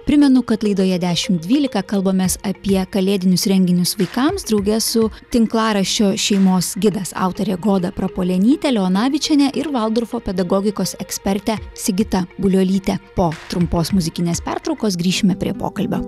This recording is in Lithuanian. primenu kad laidoje dešimt dvylika kalbamės apie kalėdinius renginius vaikams drauge su tinklaraščio šeimos gidas autorė goda prapuolenyte leonavičiene ir valdorfo pedagogikos eksperte sigita buliuolyte po trumpos muzikinės pertraukos grįšime prie pokalbio